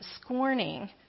scorning